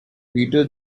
peter